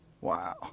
Wow